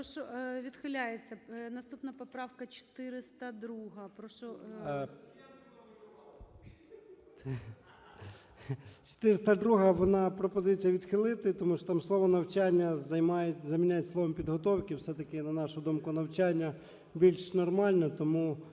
Відхиляється. Наступна поправка 402. Прошу. 17:42:26 ЧЕРНЕНКО О.М. 402-а, вона, пропозиція відхилити, тому що там слово "навчання" заміняють словом "підготовки". Все-таки, на нашу думку, навчання більш нормально,